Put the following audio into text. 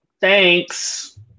Thanks